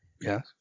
Yes